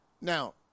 Now